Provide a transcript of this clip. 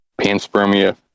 panspermia